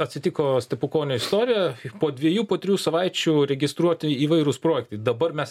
atsitiko stepukonio istorija po dviejų po trijų savaičių registruoti įvairūs projektai dabar mes